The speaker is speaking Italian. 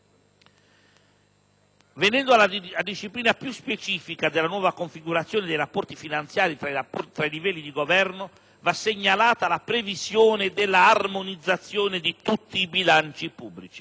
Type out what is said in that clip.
Venendo alla disciplina più specifica della nuova configurazione dei rapporti finanziari tra i livelli di governo, va segnalata la previsione della armonizzazione di tutti i bilanci pubblici.